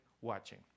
watching